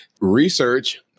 Research